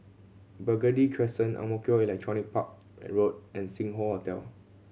Burgundy Crescent Ang Mo Kio Electronics Park Road and Sing Hoe Hotel